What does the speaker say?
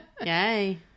Yay